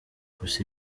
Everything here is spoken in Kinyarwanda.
gusa